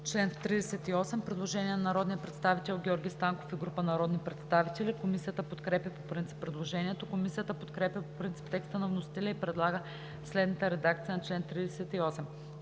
чл. 38 има предложение на народния представител Георги Станков и група народни представители. Комисията подкрепя по принцип предложението. Комисията подкрепя по принцип текста на вносителя и предлага следната редакция на чл. 38: